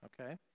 okay